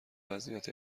وضعیت